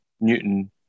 Newton